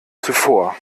zuvor